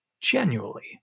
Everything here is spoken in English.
genuinely